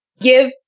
Give